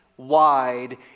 wide